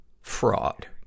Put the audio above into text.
Fraud